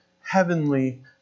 heavenly